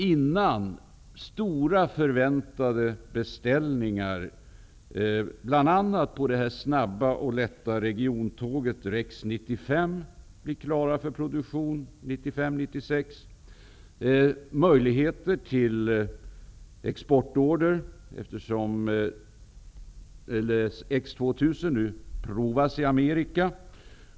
Men man förväntar stora beställningar, bl.a. på det snabba och lätta regiontåget Rex 95, som blir klart för produktion 1995-1996. Det finns också stora möjligheter till exportorder, eftersom X 2000 nu provas i Amerika.